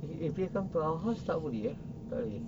eh if they come to our house tak boleh eh tak boleh